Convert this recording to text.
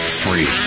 free